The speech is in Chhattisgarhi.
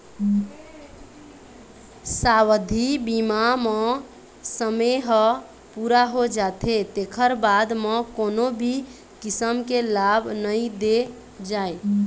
सावधि बीमा म समे ह पूरा हो जाथे तेखर बाद म कोनो भी किसम के लाभ नइ दे जाए